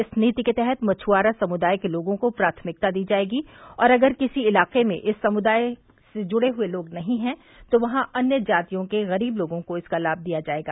इस नीति के तहत मछ्आरा समुदाय के लोगों को प्राथमिकता दी जायेगी और अगर किसी इलाके में इस समुदाय से जुड़े लोग नहीं हैं तो वहां अन्य जातियों के गरीब लोगों को इसका लाभ दिया जायेगा